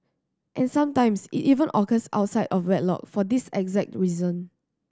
and sometimes it even occurs outside of wedlock for this exact reason